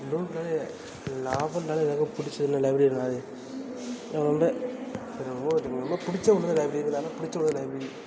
நூல்னாலே நாவல்னாலே எல்லாருக்குமே பிடிச்ச ஒன்று லைப்ரரி நாவல் எனக்கு ரொம்ப எனக்கு ரொம்ப எனக்கு ரொம்ப பிடிச்ச ஒன்னுன்னால் லைப்ரரி நாவல் பிடிச்ச ஒன்று லைப்ரரி